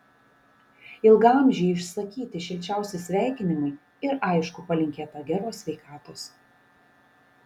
ilgaamžei išsakyti šilčiausi sveikinimai ir aišku palinkėta geros sveikatos